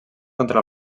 contra